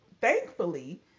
thankfully